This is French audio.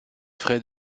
frais